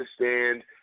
understand